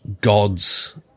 gods